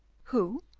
who,